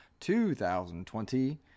2020